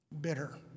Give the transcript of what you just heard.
bitter